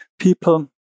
people